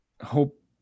hope